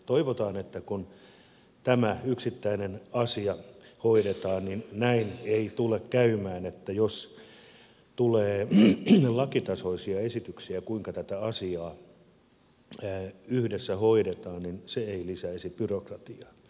toivotaan että kun tämä yksittäinen asia hoidetaan näin ei tule käymään ja jos tulee lakitasoisia esityksiä siitä kuinka tätä asiaa yhdessä hoidetaan niin se ei lisäisi byrokratiaa